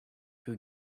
who